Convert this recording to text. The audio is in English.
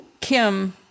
Kim